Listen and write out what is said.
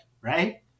right